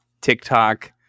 TikTok